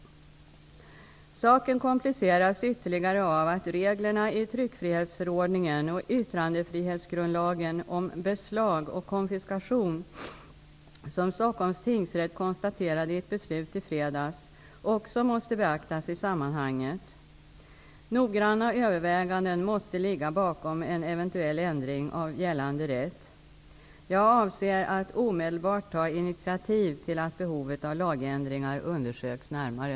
Saken kompliceras ytterligare av att reglerna i tryckfrihetsförordningen och yttrandefrihetsgrundlagen om beslag och konfiskation som Stockholms tingsrätt konstaterade i ett beslut i fredags också måste beaktas i sammanhanget. Noggranna överväganden måste ligga bakom en eventuell ändring av gällande rätt. Jag avser att omedelbart ta initiativ till att behovet av lagändringar undersöks närmare.